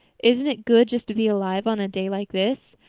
isn't it good just to be alive on a day like this?